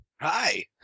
Hi